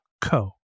co